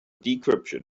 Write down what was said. decryption